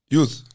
Youth